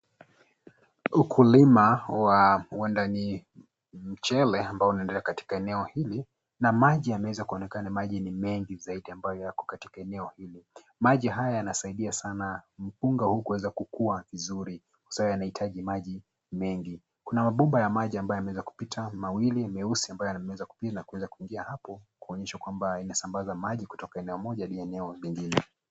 Ukulima wa huendani mchele ambao unaendelea katika eneo hili na maji yameweza kuonekana kuwa maji ni mengi zaidi ambayo yako katika eneo hili. Maji haya yanasaidia sana mpunga huu kuweza kukua vizuri kwa sababu yanahitaji maji mengi. Kuna mabuba ya maji ambayo yameweza kupita mawili meusi ambayo yameweza kupita na kuingia hapokuonyesha kwamba inasambaza maji kutoka eneo moja hadi eneo lingine.